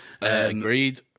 Agreed